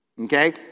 Okay